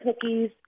cookies